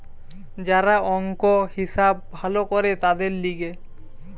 যারা অংক, হিসাব ভালো করে তাদের লিগে